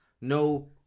No